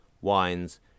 wines